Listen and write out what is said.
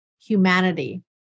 humanity